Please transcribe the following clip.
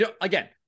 Again